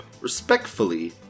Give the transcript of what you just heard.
respectfully